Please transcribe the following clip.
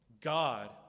God